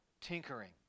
tinkering